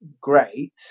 great